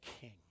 King